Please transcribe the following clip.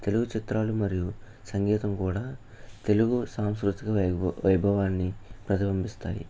తెలుగు చిత్రాలు మరియు సంగీతం కూడా తెలుగు సాంస్కృతిక వైబవా వైభవాన్ని ప్రతిబింబిస్తాయి